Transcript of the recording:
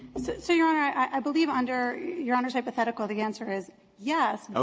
so so, your honor, i believe, under your honor's hypothetical, the answer is yes, ah